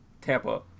Tampa